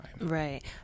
right